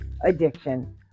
addiction